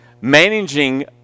Managing